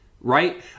right